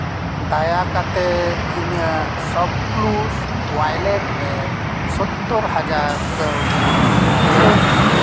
ᱫᱟᱭᱟ ᱠᱟᱛᱮᱫ ᱤᱧᱟᱹᱜ ᱥᱚᱯᱠᱞᱩᱥ ᱳᱣᱟᱭᱞᱮᱹᱴ ᱨᱮ ᱥᱳᱛᱛᱳᱨ ᱦᱟᱡᱟᱨ ᱠᱟᱹᱣᱰᱤ ᱩᱪᱟᱹᱲ ᱢᱮ